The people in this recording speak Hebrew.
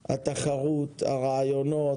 התחרות, הרעיונות,